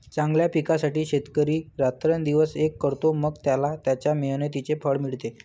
चांगल्या पिकासाठी शेतकरी रात्रंदिवस एक करतो, मग त्याला त्याच्या मेहनतीचे फळ मिळते